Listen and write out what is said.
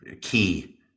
key